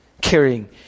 carrying